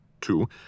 Two